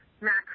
max